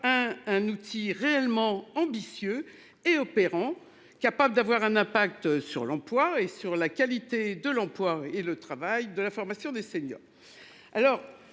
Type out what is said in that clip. un outil réellement ambitieux et opérant. Capable d'avoir un impact sur l'emploi et sur la qualité de l'emploi et le travail de la formation des seniors.